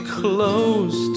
close